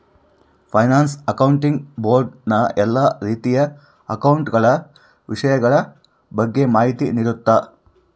finance accounting board ನ ಎಲ್ಲಾ ರೀತಿಯ ಅಕೌಂಟ ಗಳ ವಿಷಯಗಳ ಬಗ್ಗೆ ಮಾಹಿತಿ ನೀಡುತ್ತ